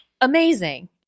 amazing